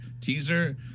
teaser